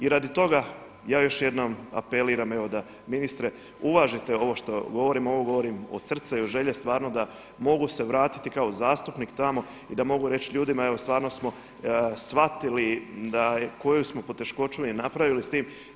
I radi toga ja još jednom apeliram evo da ministre uvažite ovo što govorim, ovo govorim od srca i od želje stvarno da mogu se vratiti kao zastupnik tamo i da mogu reći ljudima evo stvarno smo shvatili koju smo poteškoću i napravili s time.